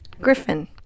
Griffin